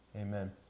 Amen